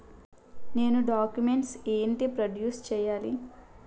నేను డాక్యుమెంట్స్ ఏంటి ప్రొడ్యూస్ చెయ్యాలి?